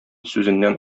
сүзеннән